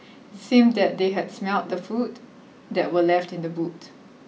it seemed that they had smelt the food that were left in the boot